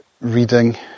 reading